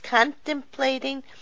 contemplating